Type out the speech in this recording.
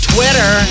Twitter